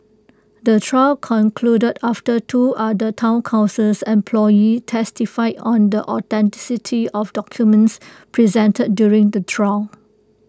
the trial concluded after two other Town councils employees testified on the authenticity of documents presented during the trial